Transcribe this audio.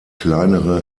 kleinere